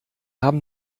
haben